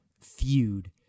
feud